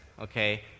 okay